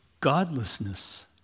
godlessness